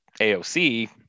aoc